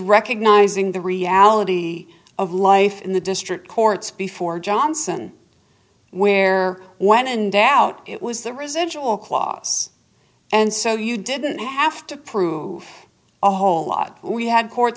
recognizing the reality of life in the district courts before johnson where when in doubt it was the residual clause and so you didn't have to prove a whole lot we had court